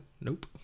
Nope